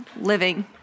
living